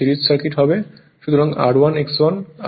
সুতরাং R1 X1 R2 X2 সবই series এ থাকবে